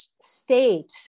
state